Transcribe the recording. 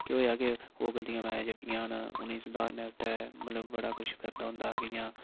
केह् होएआ कि ओह् गलतियां में जेह्कियां उ'नें उ'नेंगी सधारने आस्तै मतलब बड़ा कुछ करदा होंदा हा जि'यांं